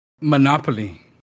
monopoly